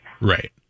Right